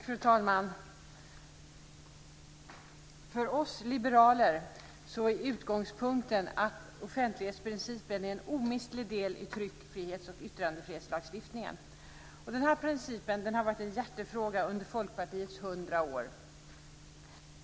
Fru talman! För oss liberaler är utgångspunkten att offentlighetsprincipen är en omistlig del i tryckfrihets och yttrandefrihetslagstiftningen. Denna princip har varit en hjärtefråga under Folkpartiets hundra år.